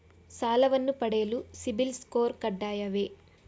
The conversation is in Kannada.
ಸಾಲವನ್ನು ಪಡೆಯಲು ಸಿಬಿಲ್ ಸ್ಕೋರ್ ಕಡ್ಡಾಯವೇ?